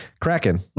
Kraken